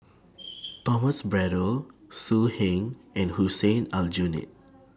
Thomas Braddell So Heng and Hussein Aljunied